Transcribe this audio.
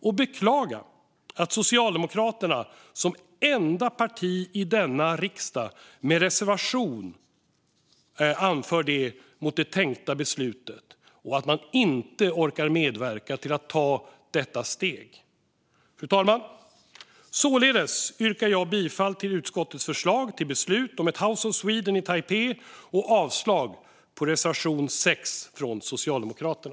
Jag beklagar att Socialdemokraterna som enda parti i denna riksdag har en reservation mot det tänkta beslutet och inte orkar medverka till att ta detta steg. Fru talman! Jag yrkar således bifall till utskottets förslag till beslut om ett House of Sweden i Taipei och avslag på reservation 6 från Socialdemokraterna.